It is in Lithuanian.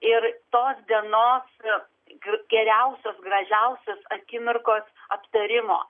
ir tos dienos geriausios gražiausios akimirkos aptarimo